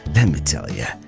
and me tell ya.